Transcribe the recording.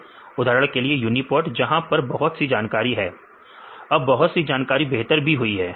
उदाहरण के लिए यूनिपोर्टे जहां पर बहुत सारी जानकारी है अब बहुत सारी जानकारी बेहतर भी हुई है